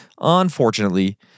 unfortunately